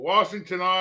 Washington